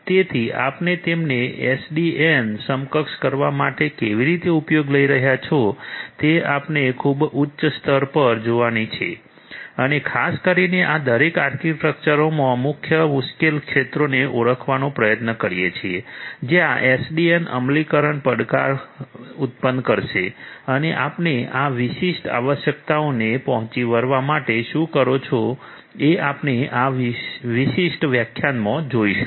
તેથી આપણે તેમને એસડીએન સક્ષમ કરવા માટે કેવી રીતે ઉપયોગ લઇ રહ્યા છો એ આપણે ખૂબ ઉચ્ચ સ્તર પર જોવાની છે અને ખાસ કરીને આ દરેક આર્કિટેક્ચરોમાં મુખ્ય મુશ્કેલ ક્ષેત્રોને ઓળખવાનો પ્રયત્ન કરીએ છીએ જ્યાં એસડીએન અમલીકરણ પડકાર ઉત્પન્ન કરશે અને આપણે આ વિશિષ્ટ આવશ્યકતાઓને પહોંચી વળવા માટે શું કરો છો એ આપણે આ વિશેષ વ્યાખ્યાનમાં જોઈશું